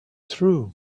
true